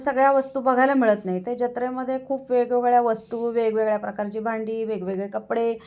सगळ्या वस्तू बघायला मिळत नाही त्या जत्रेमध्ये खूप वेगवेगळ्या वस्तू वेगवेगळ्या प्रकारची भांडी वेगवेगळे कपडे